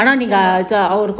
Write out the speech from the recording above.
நிச்சயமா:nichayamaa